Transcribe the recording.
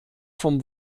vom